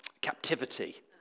captivity